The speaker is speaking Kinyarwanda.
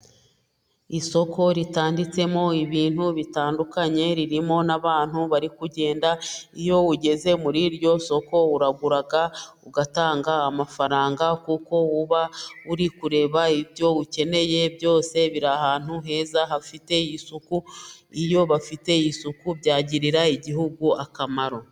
Isoko ritanditsemo ibintu bitandukanye, ririmo n'abantu bari kugenda, iyo ugeze muri iryo soko uragura ugatanga amafaranga kuko uba uri kureba ibyo ukeneye byose biri ahantu heza hafite isuku, iyo bafite isuku byagirira igihugu akamaro.